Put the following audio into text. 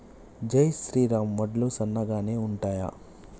జై శ్రీరామ్ వడ్లు సన్నగనె ఉంటయా?